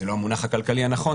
זה לא המונח הכלכלי הנכון,